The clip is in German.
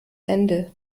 ende